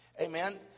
Amen